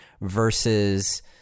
versus